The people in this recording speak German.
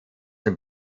dem